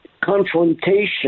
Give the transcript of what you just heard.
confrontation